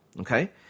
okay